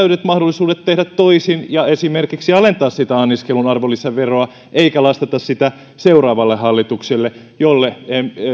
täydet mahdollisuudet tehdä toisin ja esimerkiksi alentaa sitä anniskelun arvonlisäveroa eikä lastata sitä seuraavalle hallitukselle jolle